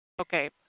Okay